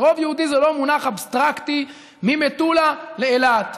ורוב יהודי זה לא מונח אבסטרקטי, ממטולה לאילת.